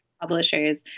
publishers